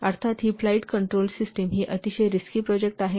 अर्थात ही flight control system ही अतिशय रिस्की प्रोजेक्ट आहे